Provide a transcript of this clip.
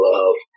Love